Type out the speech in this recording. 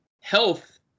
health